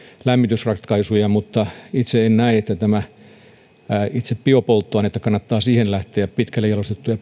lämmitysratkaisuja mutta itse en näe että itse biopolttoainetta kannattaa siinä lähteä käyttämään pitkälle jalostettuja